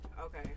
Okay